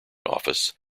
office